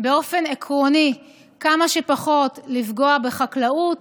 באופן עקרוני כמה שפחות לפגוע בחקלאות